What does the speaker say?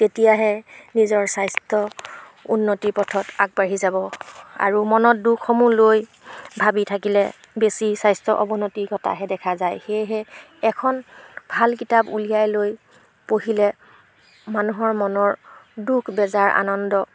তেতিয়াহে নিজৰ স্বাস্থ্য উন্নতিৰ পথত আগবাঢ়ি যাব আৰু মনত দুখসমূহ লৈ ভাবি থাকিলে বেছি স্বাস্থ্য অৱনতি ঘটাহে দেখা যায় সেয়েহে এখন ভাল কিতাপ উলিয়াই লৈ পঢ়িলে মানুহৰ মনৰ দুখ বেজাৰ আনন্দ